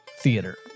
theater